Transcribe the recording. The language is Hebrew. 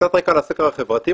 קצת רקע על הסקר החברתי,